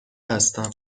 هستم